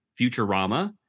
Futurama